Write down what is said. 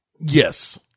Yes